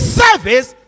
service